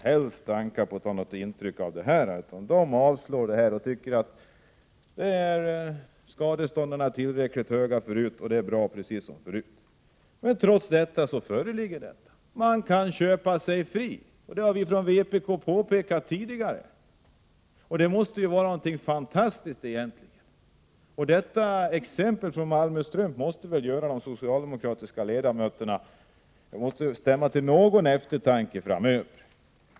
Utskottet avstyrker förslaget och anser att skadestånden är tillräckligt höga — det är bra som det är. Men trots allt har vi ju det förhållandet att en arbetsgivare kan köpa sig fri. Det är egentligen något fantastiskt, och det har vi från vpk påpekat tidigare. Exemplet från Malmö Strumpfabrik måste väl stämma till någon eftertanke framöver.